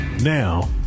Now